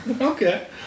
Okay